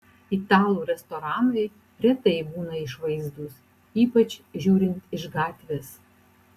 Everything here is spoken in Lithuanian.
italų restoranai retai būna išvaizdūs ypač žiūrint iš gatvės